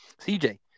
CJ